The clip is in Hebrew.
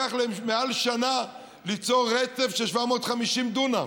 לקח להם מעל שנה ליצור רצף של 750 דונם.